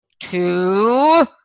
Two